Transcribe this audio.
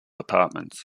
apartments